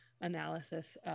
analysis